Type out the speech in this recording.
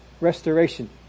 restoration